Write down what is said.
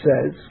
says